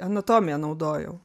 anatomiją naudojau